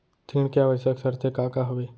ऋण के आवश्यक शर्तें का का हवे?